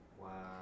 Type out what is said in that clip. Wow